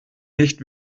nicht